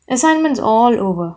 assignments all over